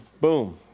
boom